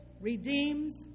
redeems